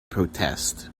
protest